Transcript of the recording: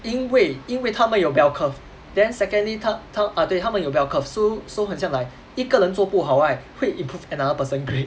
因为因为他们有 bell curve then secondly 他他 ah 对他们有 bell curve so so 很像 like 一个人做不好 right 会 improve another person's grade